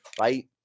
right